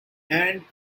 and